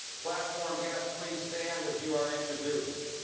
platform guests please stand as you are introduced.